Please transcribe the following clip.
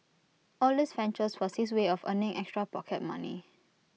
all these ventures was his way of earning extra pocket money